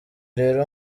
rero